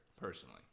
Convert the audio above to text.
personally